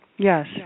Yes